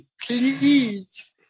Please